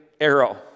arrow